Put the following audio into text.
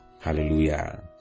Hallelujah